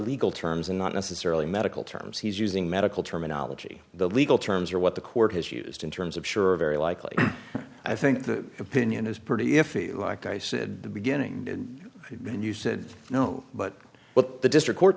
legal terms and not necessarily medical terms he's using medical terminology the legal terms are what the court has used in terms of sure very likely i think the opinion is pretty iffy like i said the beginning and you said no but what the district court